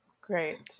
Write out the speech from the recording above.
Great